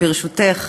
ברשותך,